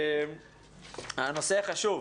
הנושא חשוב,